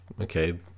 okay